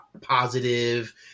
positive